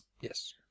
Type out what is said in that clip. Yes